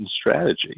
strategy